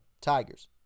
Tigers